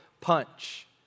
punch